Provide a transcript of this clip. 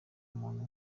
muntu